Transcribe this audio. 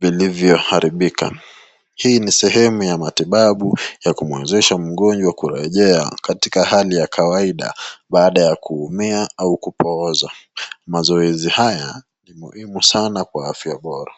vilivyoharibika. Hii ni sehemu ya matibabu ya kumwezesha mgonjwa kurejea katika hali ya kawaida baada ya kuumia au kupooza. Mazoezi haya ni muhimu sana kwa afya bora.